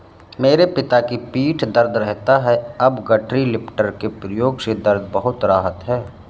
मेरे पिताजी की पीठ दर्द रहता था अब गठरी लिफ्टर के प्रयोग से दर्द में बहुत राहत हैं